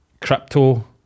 crypto